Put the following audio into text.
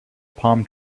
palm